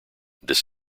this